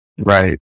Right